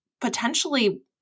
potentially